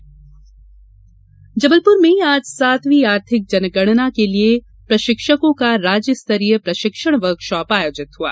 प्रशिक्षकों वर्कशाप जबलपुर में आज सातवीं आर्थिक जनगणना के लिए प्रशिक्षकों का राज्य स्तरीय प्रशिक्षण वर्कशॉप आयोजित हुआ